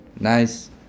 nice